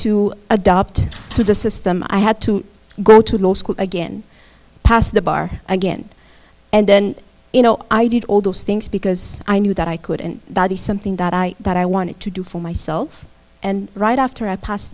to adopt to the system i had to go to law school again passed the bar again and then you know i did all those things because i knew that i couldn't be something that i that i wanted to do for myself and right after i pass